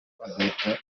bagahita